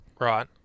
Right